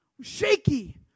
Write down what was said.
Shaky